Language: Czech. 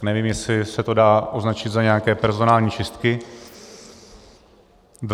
Tak nevím, jestli se to dá označit za nějaké personální čistky.